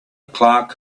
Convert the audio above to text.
clark